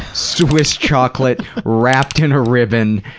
swiss chocolate wrapped in a ribbon,